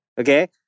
Okay